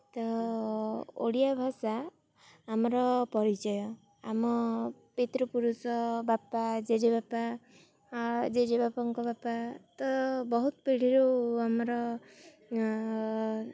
ତ ଓଡ଼ିଆ ଭାଷା ଆମର ପରିଚୟ ଆମ ପିତୃପୁରୁଷ ବାପା ଜେଜେବାପା ଜେଜେବାପାଙ୍କ ବାପା ତ ବହୁତ ପିଢ଼ିରୁ ଆମର